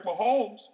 Mahomes